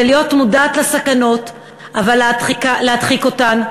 זה להיות מודעת לסכנות אבל להדחיק אותן.